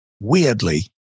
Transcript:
weirdly